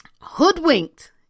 hoodwinked